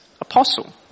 apostle